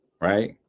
Right